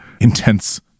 intense